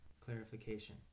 clarification